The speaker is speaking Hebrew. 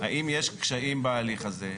האם יש קשיים בהליך הזה?